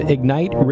Ignite